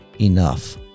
enough